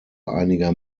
einiger